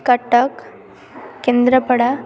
Cuttack Kendrapara